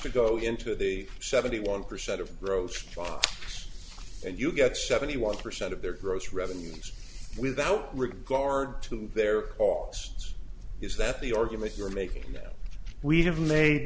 to go into the seventy one percent of roche and you get seventy one percent of their gross revenues without regard to their costs is that the argument you're making that we have made